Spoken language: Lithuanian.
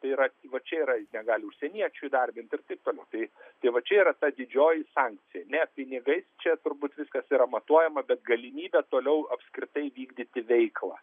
tai yra va čia yra jis gali užsieniečių įdarbint ir taip toliau tai tai va čia yra ta didžioji sankcija ne pinigais čia turbūt viskas yra matuojama bet galimybė toliau apskritai vykdyti veiklą